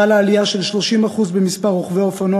חלה עלייה של 30% במספר רוכבי אופנוע